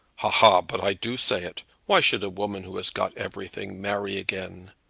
ha, ha! but i do say it. why should a woman who has got everything marry again?